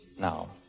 Now